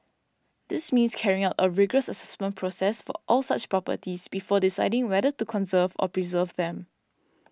this means carrying out a rigorous assessment process for all such properties before deciding whether to conserve or preserve them